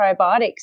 probiotics